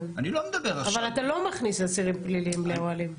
אבל אתה לא מכניס אסירים פליליים לאוהלים.